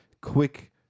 quick